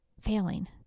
failing